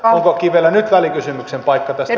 onko kivelä nyt välikysymyksen paikka tästä